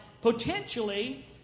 potentially